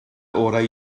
orau